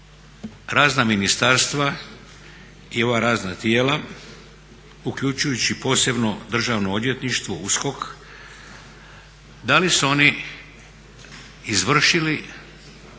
razna ministarstva i ova razna tijela, uključujući posebno Državno odvjetništvo, USKOK, da li su oni izvršili